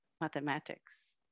mathematics